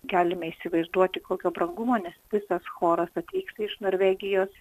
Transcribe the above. galime įsivaizduoti kokio brangumo nes visas choras atvyksta iš norvegijos